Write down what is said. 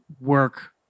work